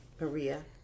Maria